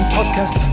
Podcast